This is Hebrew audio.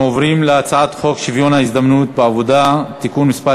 אנחנו עוברים להצעת חוק שוויון ההזדמנויות בעבודה (תיקון מס'